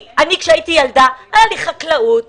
כשהייתי ילדה למדתי חקלאות,